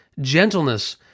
gentleness